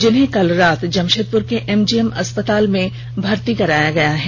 जिन्हें कल रात जमशेदपुर के एमजीएम अस्पताल में भर्ती कराया गया है